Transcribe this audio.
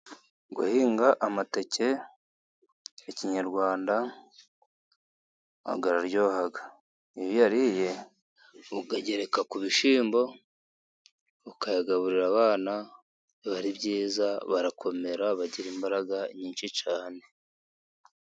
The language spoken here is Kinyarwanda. Guhinga amateke ya kinyarwanda araryoha, iyo uyariye ukayagereka ku bishyimbo, ukayagaburira abana biba byiza barakomera, bagira imbaraga nyinshi cyane.